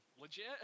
legit